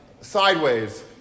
sideways